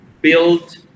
build